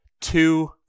two